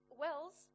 wells